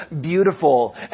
beautiful